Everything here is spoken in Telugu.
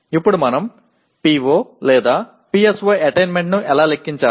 ఇప్పుడు మనం PO PSO అటైన్మెంట్ను ఎలా లెక్కించాలి